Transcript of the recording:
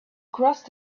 crossed